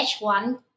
H1